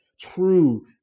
true